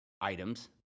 items